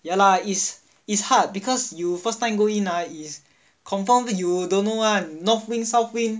ya lah is is hard because you first time go in ah is confirm you don't know [one] north wing south wing